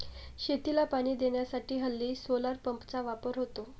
शेतीला पाणी देण्यासाठी हल्ली सोलार पंपचा वापर होतो